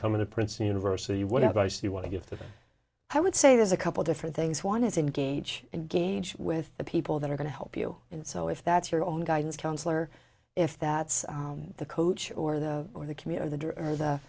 coming to princeton university what advice you want to give i would say there's a couple different things one is engage and gauge with the people that are going to help you and so if that's your own guidance counselor if that's the coach or the or the commuter the